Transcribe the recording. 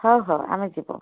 ହଉ ହଉ ଆମେ ଯିବୁ